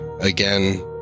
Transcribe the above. again